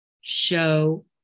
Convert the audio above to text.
show